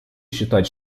считать